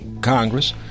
Congress